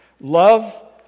Love